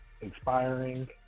expiring